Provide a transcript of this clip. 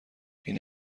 این